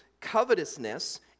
covetousness